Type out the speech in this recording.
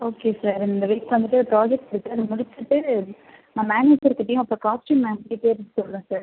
okay sir இந்த week வந்துவிட்டு ஒரு ப்ராஜெக்ட் இருக்குது அதை முடிச்சுட்டு நான் மேனேஜர்க்கிட்டையும் அப்புறம் காஸ்ட்யூம் மேம்கிட்டையும் கேட்டுகிட்டு சொல்கிறேன் சார்